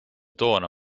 toona